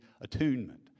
attunement